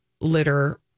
litter